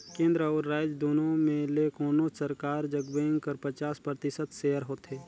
केन्द्र अउ राएज दुनो में ले कोनोच सरकार जग बेंक कर पचास परतिसत सेयर होथे